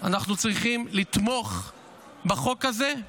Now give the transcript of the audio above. אנחנו צריכים לתמוך בחוק הזה,